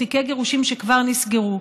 תיקי גירושין שכבר נסגרו,